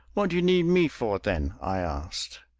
what do you need me for, then? i asked.